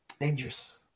Dangerous